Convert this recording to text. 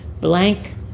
blank